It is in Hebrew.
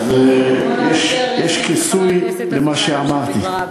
אז יש כיסוי למה שאמרתי.